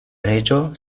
reĝo